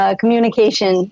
communication